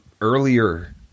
earlier